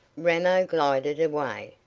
ramo glided away,